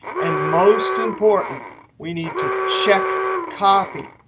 and most important we need to check copy.